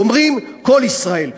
אומרים: כל ישראל,